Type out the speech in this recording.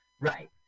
right